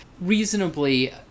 reasonably